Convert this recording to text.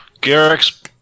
Garrick's